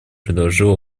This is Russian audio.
предложила